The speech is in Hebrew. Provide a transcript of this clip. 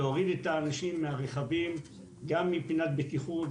להוריד את האנשים מהרכבים גם מבחינת בטיחות,